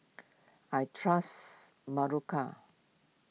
I trust Berocca